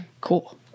Cool